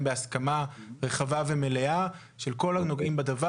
בהסכמה רחבה ומלאה של כל הנוגעים בדבר.